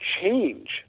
change